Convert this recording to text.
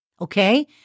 Okay